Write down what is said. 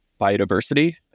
biodiversity